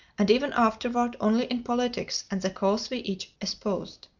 and even afterward only in politics, and the cause we each espoused.